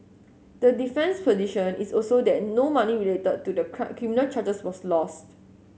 the defense position is also that no money related to the charges was lost